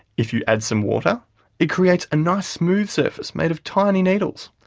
if you add some water it creates a nice smooth surface made of tiny needles.